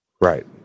right